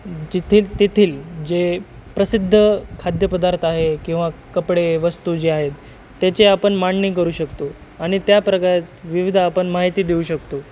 जेथील तेथील जे प्रसिद्ध खाद्यपदार्थ आहे किंवा कपडे वस्तू जे आहेत त्याचे आपण मांडणी करू शकतो आणि त्या प्रकारात विविध आपण माहिती देऊ शकतो